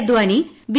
Advani B